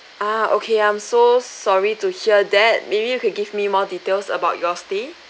uh okay I'm so sorry to hear that maybe you could give me more details about your stay